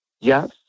Yes